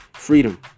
freedom